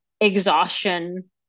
exhaustion